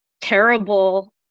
terrible